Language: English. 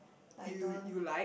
like don't